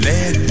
Let